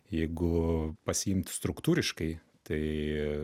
jeigu pasiimt struktūriškai tai